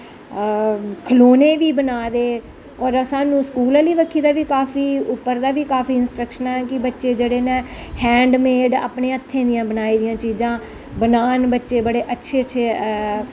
खलौने बी बना दे होर सानूं स्कूल आह्ली बक्खी दा बी काफी उप्पर दा बी काफी इंस्ट्रक्शनां कि बच्चे जेह्डे़ न हैंड मेड अपने हत्थें दि'यां बनाई दि'यां चीजां बनान बच्चे बडे़ अच्छे अच्छे